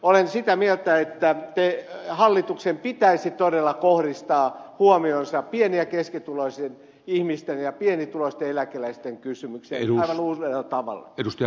olen sitä mieltä että hallituksen pitäisi todella kohdistaa huomionsa pieni ja keskituloisten ihmisten ja pienituloisten eläkeläisten kysymykseen ihan uudella tavalla